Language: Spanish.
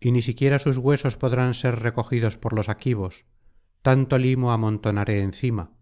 y ni siquiera sus huesos podrán ser recogidos por los aquivos tanto limo amontonaré encima